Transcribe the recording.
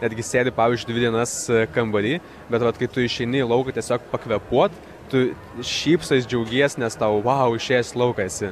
netgi sėdi pavyzdžiui dvi dienas kambary bet vat kai tu išeini į lauką tiesiog pakvėpuot tu šypsais džiaugies nes tau vau išėjęs į lauką esi